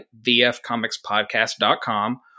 vfcomicspodcast.com